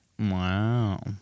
Wow